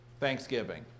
Thanksgiving